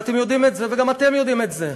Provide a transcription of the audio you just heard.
ואתם יודעים את זה וגם אתם יודעים את זה.